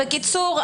בקיצור,